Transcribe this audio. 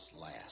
last